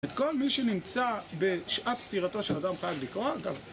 את כל מי שנמצא בשעת פטירתו של אדם חייב לקרוא, אגב